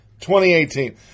2018